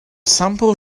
sampl